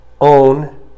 own